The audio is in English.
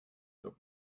the